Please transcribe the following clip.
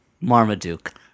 Marmaduke